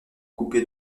coupé